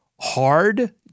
hard